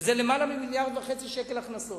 שזה למעלה מ-1.5 מיליארד שקל הכנסות.